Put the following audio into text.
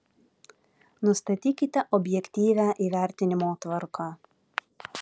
nustatykite objektyvią įvertinimo tvarką